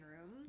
room